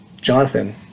Jonathan